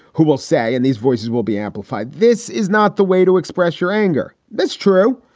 who will say and these voices will be amplified. this is not the way to express your anger. that's true.